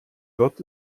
wird